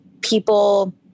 people